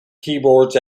keyboards